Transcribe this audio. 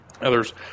others